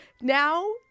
Now